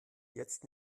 jetzt